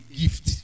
gift